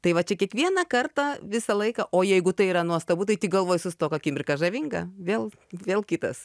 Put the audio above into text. tai va čia kiekvieną kartą visą laiką o jeigu tai yra nuostabu tai tik galvoji sustok akimirka žavinga vėl vėl kitas